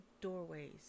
doorways